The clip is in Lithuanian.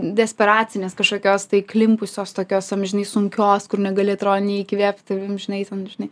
desperacinės kažkokios tai įklimpusios tokios amžinai sunkios kur negali atrodo nei įkvėpt ir amžinai ten žinai